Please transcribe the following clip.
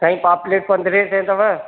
साईं पापलेट पंद्रहं सौ अथव